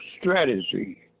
strategy